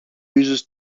users